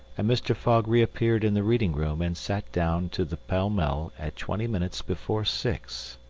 and mr. fogg re-appeared in the reading-room and sat down to the pall mall at twenty minutes before six.